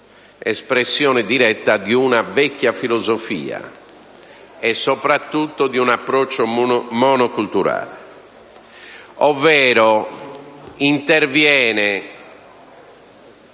espressione diretta di una vecchia filosofia e, soprattutto, di un approccio monoculturale. Interviene,